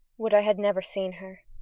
would i had never seen her.